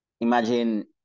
Imagine